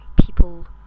people